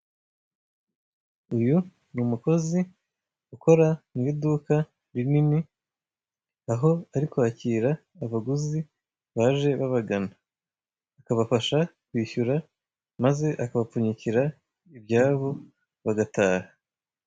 Uyu ni umukozi ukora mu iduka rinini aho ari kwakira abaguzi baje babagana akabafasha kwishyura maze akabapfunyikira ibyabo bagataha.